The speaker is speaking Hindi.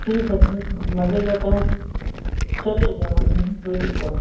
ठीक है फिर लगेगा तो हम चलेगा हाँ हमें कोई दिक़्क़त नहीं